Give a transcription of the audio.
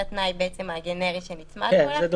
זה בעצם התנאי הגנרי שנצמדנו אליו.